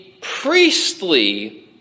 priestly